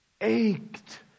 ached